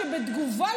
בתגובה,